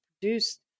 produced